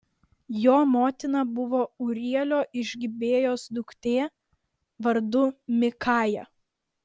jo motina buvo ūrielio iš gibėjos duktė vardu mikaja